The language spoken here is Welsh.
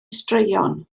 straeon